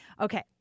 Okay